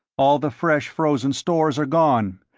all the fresh frozen stores are gone.